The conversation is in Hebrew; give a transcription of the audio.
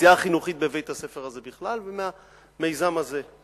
מהעשייה החינוכית בבית-הספר הזה בכלל ומהמיזם הזה.